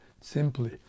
simply